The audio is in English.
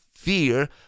fear